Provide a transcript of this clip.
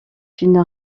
une